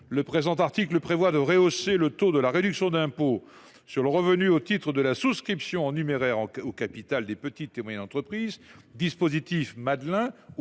Le présent article prévoit de rehausser le taux de la réduction d’impôt sur le revenu au titre de la souscription en numéraire au capital des petites et moyennes entreprises (dispositif « Madelin